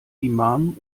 imam